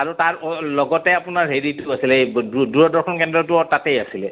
আৰু তাৰ লগতে আপোনাৰ হেৰিটো আছিলে এই দূৰ দূৰদৰ্শন কেন্দ্ৰটো অ' তাতেই আছিলে